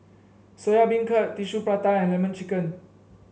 Soya Beancurd Tissue Prata and lemon chicken